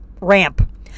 ramp